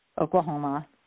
Oklahoma